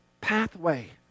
pathway